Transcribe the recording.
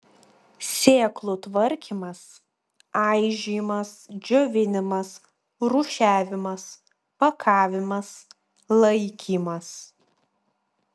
sėklų tvarkymas aižymas džiovinimas rūšiavimas pakavimas laikymas